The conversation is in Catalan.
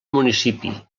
municipi